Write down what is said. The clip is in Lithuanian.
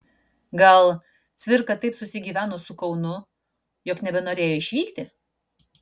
gal cvirka taip susigyveno su kaunu jog nebenorėjo išvykti